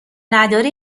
نداره